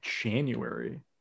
january